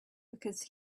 because